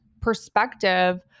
perspective